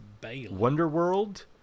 Wonderworld